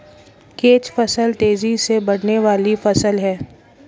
catch फसल तेजी से बढ़ने वाली फसल है